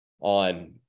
on